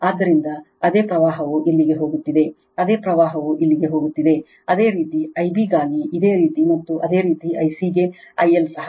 ಆದ್ದರಿಂದ ಅದೇ ಪ್ರವಾಹವು ಇಲ್ಲಿಗೆ ಹೋಗುತ್ತಿದೆ ಅದೇ ಪ್ರವಾಹವು ಇಲ್ಲಿಗೆ ಹೋಗುತ್ತಿದೆ ಅದೇ ರೀತಿ I b ಗಾಗಿ ಇದೇ ರೀತಿ ಮತ್ತು ಅದೇ ರೀತಿ I c ಗೆ I L ಸಹ